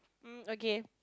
um okay